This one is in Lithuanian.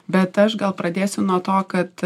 bet aš gal pradėsiu nuo to kad